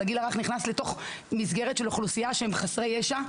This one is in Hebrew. אבל הגיל הרך נכנס לתוך מסגרת של אוכלוסייה שהם חסרי ישע,